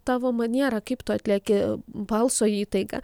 tavo maniera kaip tu atlieki balso įtaigą